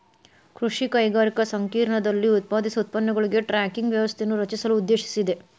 ಕೃಷಿ ಕೈಗಾರಿಕಾ ಸಂಕೇರ್ಣದಲ್ಲಿ ಉತ್ಪಾದಿಸುವ ಉತ್ಪನ್ನಗಳಿಗೆ ಟ್ರ್ಯಾಕಿಂಗ್ ವ್ಯವಸ್ಥೆಯನ್ನು ರಚಿಸಲು ಉದ್ದೇಶಿಸಿದೆ